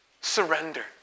Surrender